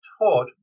taught